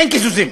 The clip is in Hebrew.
אין קיזוזים.